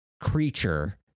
creature